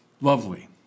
Lovely